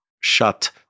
shut